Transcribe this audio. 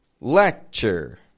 lecture